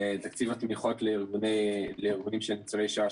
תקציב התמיכות לארגונים של ניצולי השואה,